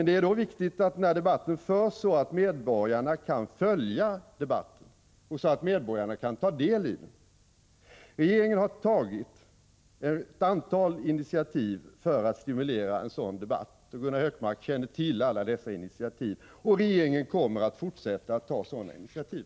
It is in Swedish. Det är då viktigt att debatten förs så att medborgarna kan följa debatten och ta del i den. Regeringen har tagit ett antal initiativ för att stimulera en sådan debatt, och Gunnar Hökmark känner till alla dessa initiativ. Regeringen kommer att fortsätta att ta sådana initiativ.